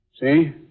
See